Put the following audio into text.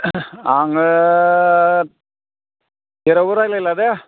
आङो जेरावबो रायज्लायला दे